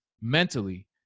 mentally